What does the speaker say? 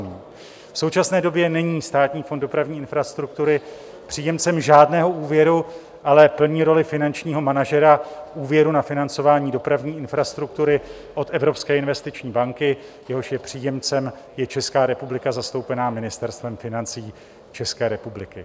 V současné době není Státní fond dopravní infrastruktury příjemcem žádného úvěru, ale plní roli finančního manažera úvěru na financování dopravní infrastruktury od Evropské investiční banky, jehož je příjemcem i Česká republika zastoupená Ministerstvem financí České republiky.